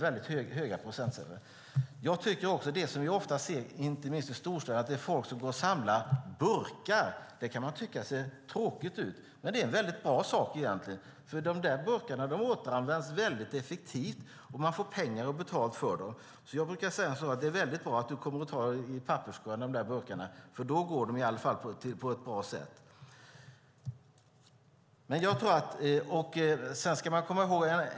Ofta ser vi, inte minst i storstäderna, att folk går och samlar burkar. Man kan tycka att det ser tråkigt ut, men det är egentligen någonting mycket bra. De burkarna återanvänds väldigt effektivt. Man får dessutom pengar för dem. Jag brukar säga till dem som samlar burkar att det är bra att de tar burkarna från papperskorgarna, för då används de på ett bra sätt.